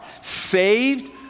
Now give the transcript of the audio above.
Saved